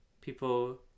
People